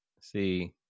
see